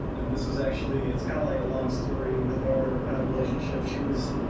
and this is actually, it's kind of like a long story with our relationship. she was